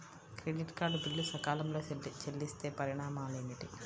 Credit card bill సకాలంలో చెల్లిస్తే కలిగే పరిణామాలేమిటి?